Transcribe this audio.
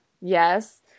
Yes